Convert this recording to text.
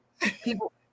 People